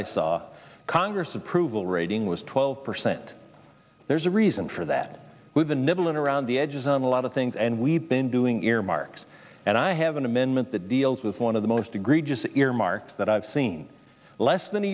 i saw congress approval rating was twelve percent there's a reason for that we've been nibbling around the edges on a lot of things and we've been doing year by yes and i have an amendment that deals with one of the most egregious earmarks that i've seen less than a